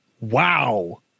Wow